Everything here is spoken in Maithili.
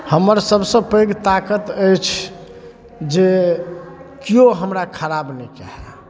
हमर सभसँ पैघ ताकत अछि जे किओ हमरा खराब नहि कहय